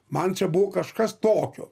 man čia buvo kažkas tokio